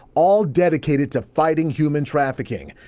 all dedicated to fighting human trafficking.